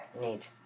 Neat